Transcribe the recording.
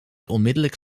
onmiddellijk